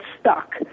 stuck